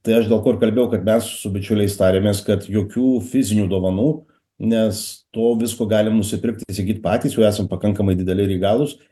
tai aš dėl ko ir kalbėjau kad mes su bičiuliais tarėmės kad jokių fizinių dovanų nes to visko galim nusipirkt įsigyt patys jau esam pakankamai dideli ir įgalūs